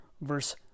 Verse